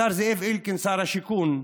השר זאב אלקין, שר השיכון,